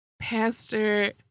Pastor